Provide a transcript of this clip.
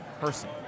person